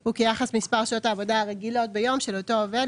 הוא כיחס מספר שעות העבודה הרגילות ביום של אותו עובד,